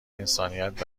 انسانیت